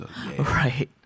Right